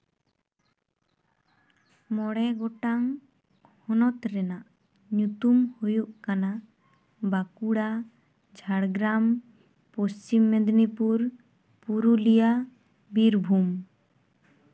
ᱢᱚᱬᱮ ᱜᱚᱴᱟᱝ ᱦᱚᱱᱚᱛ ᱨᱮᱱᱟᱜ ᱧᱩᱛᱩᱢ ᱦᱩᱭᱩᱜ ᱠᱟᱱᱟ ᱵᱟᱸᱠᱩᱲᱟ ᱡᱷᱟᱲᱜᱨᱟᱢ ᱯᱚᱥᱪᱷᱤᱢ ᱢᱮᱫᱽᱱᱤᱯᱩᱨ ᱯᱩᱨᱩᱞᱤᱭᱟ ᱵᱤᱨᱵᱷᱩᱢ